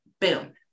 Boom